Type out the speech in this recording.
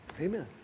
Amen